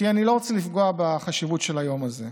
כי אני לא רוצה לפגוע בחשיבות של היום הזה.